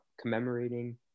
commemorating